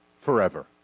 forever